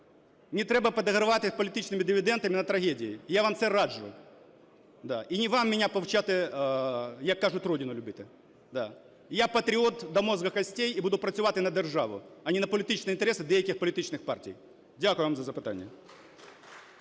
Не треба підігравати політичними дивідендами на трагедії, я вам це раджу. І не вам мене повчати, як кажуть, Родину любити. Я патріот до мозга костей і буду працювати на державу, а не на політичні інтереси деяких політичних партій. Дякую вам за запитання.